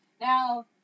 Now